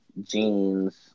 jeans